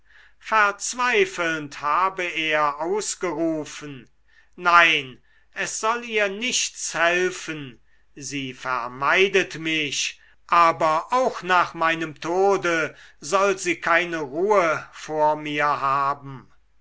verzweifelnd habe er ausgerufen nein es soll ihr nichts helfen sie vermeidet mich aber auch nach meinem tode soll sie keine ruhe vor mir haben